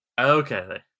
okay